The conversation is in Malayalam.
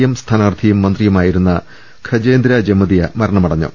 എം സ്ഥാനാർത്ഥിയും മന്ത്രിയുമാ യിരുന്ന ഖഗേന്ദ്ര ജമതിയ മരണമടഞ്ഞു